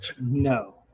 No